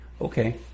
Okay